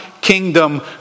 kingdom